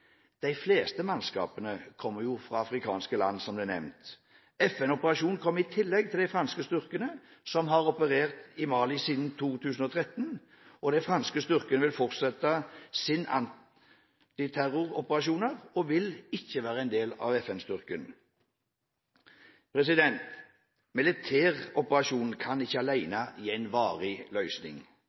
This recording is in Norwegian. De fleste mannskapene kommer fra afrikanske land, som det er nevnt. FN-operasjonen kommer i tillegg til de franske styrkene som har operert i Mali siden tidlig i 2013. De franske styrkene vil fortsette sine antiterroroperasjoner og vil ikke være en del av FN-styrken. Militæroperasjonen kan ikke alene gi en varig løsning.